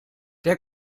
der